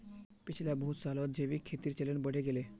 पिछला बहुत सालत जैविक खेतीर चलन बढ़े गेले